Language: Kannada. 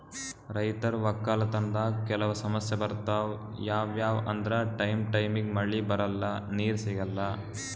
ರೈತರ್ ವಕ್ಕಲತನ್ದಾಗ್ ಕೆಲವ್ ಸಮಸ್ಯ ಬರ್ತವ್ ಯಾವ್ಯಾವ್ ಅಂದ್ರ ಟೈಮ್ ಟೈಮಿಗ್ ಮಳಿ ಬರಲ್ಲಾ ನೀರ್ ಸಿಗಲ್ಲಾ